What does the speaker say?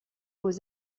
aux